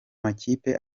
makipe